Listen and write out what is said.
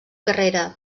carrera